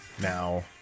now